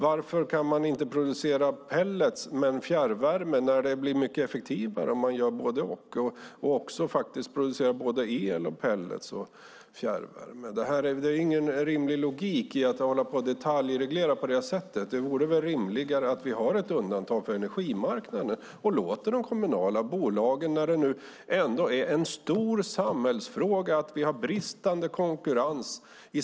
Varför kan man inte producera pellets men fjärrvärme när det är mycket effektivare att göra både och? Varför kan man inte producera både el, pellets och fjärrvärme? Det är ingen rimlig logik i att detaljreglera. Det vore rimligare att ha ett undantag för energimarknaden och låta de kommunala bolagen få leva och utveckla sin kreativitet och bidra till samhället och konkurrensen.